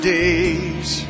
days